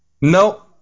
No